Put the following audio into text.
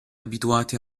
abituati